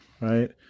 right